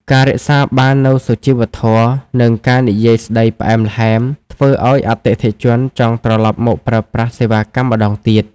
ការរក្សាបាននូវសុជីវធម៌ និងការនិយាយស្ដីផ្អែមល្ហែម ធ្វើឱ្យអតិថិជនចង់ត្រឡប់មកប្រើប្រាស់សេវាកម្មម្ដងទៀត។